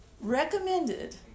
recommended